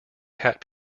cat